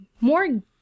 more